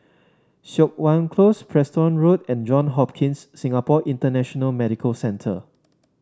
Siok Wan Close Preston Road and John Hopkins Singapore International Medical Centre